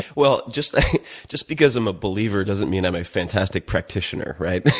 well, just just because i'm a believer doesn't mean i'm a fantastic practitioner, right.